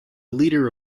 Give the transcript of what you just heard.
leader